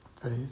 Faith